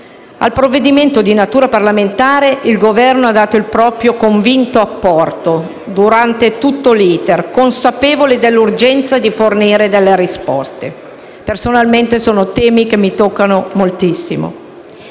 Al provvedimento di natura parlamentare il Governo ha dato il proprio convinto apporto, durante tutto l'*iter*, consapevole dell'urgenza di fornire delle risposte. Si tratta di temi che, personalmente, mi toccano moltissimo.